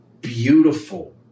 beautiful